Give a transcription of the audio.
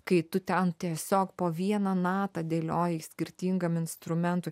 kai tu ten tiesiog po vieną natą dėlioji skirtingam instrumentui